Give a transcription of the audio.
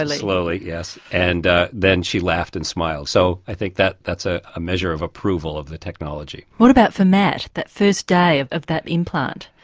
and slowly, yes, and then she laughed and smiled. so i think that's ah a measure of approval of the technology. what about for matt, that first day of of that implant?